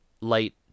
light